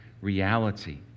reality